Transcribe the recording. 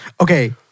Okay